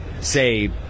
say